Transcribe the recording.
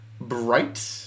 Bright